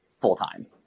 full-time